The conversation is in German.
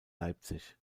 leipzig